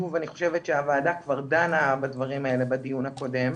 אני חושבת שהוועדה כבר דנה בדברים האלה בדיון הקודם.